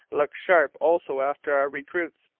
look sharp also after our recruits,